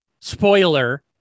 spoiler